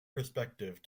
perspective